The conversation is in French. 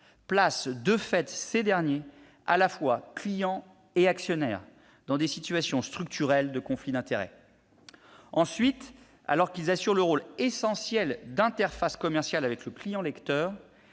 place, de fait, ces derniers- à la fois clients et actionnaires -dans des situations structurelles de conflit d'intérêts. Ensuite, alors qu'ils assurent le rôle essentiel d'interface commerciale avec le client lecteur,